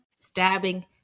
stabbing